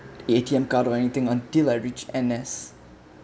A_T_M card or anything until I reach N_S